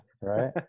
right